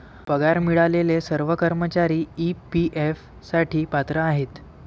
पगार मिळालेले सर्व कर्मचारी ई.पी.एफ साठी पात्र आहेत